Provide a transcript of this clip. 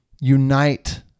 unite